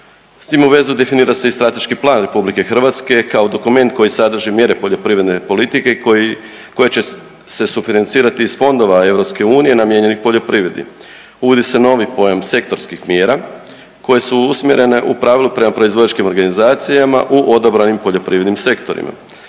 S tim u vezi definira se i strateški plan RH kao dokument koji sadrži mjere poljoprivredne politike koji, koje će se sufinancirati iz fondova EU namijenjenih poljoprivredi. Uvodi se novi pojam sektorskih mjera koje su usmjerene u pravilu prema proizvođačkim organizacijama u odabranim poljoprivrednim sektorima.